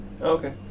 okay